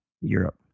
Europe